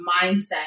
mindset